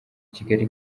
kigali